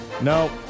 No